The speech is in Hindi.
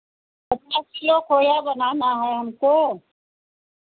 पचास किलो खोया बनाना है हमको